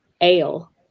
ale